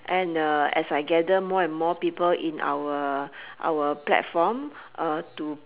and as I gather more and more people in our our platform to